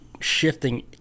shifting